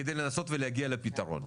כדי לנסות להגיע לפתרון.